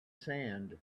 sand